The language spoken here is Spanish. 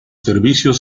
servicios